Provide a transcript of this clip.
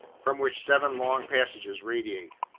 from which seven long passages radiate.